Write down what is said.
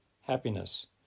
happiness